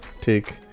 take